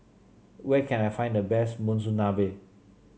where can I find the best Monsunabe